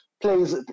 plays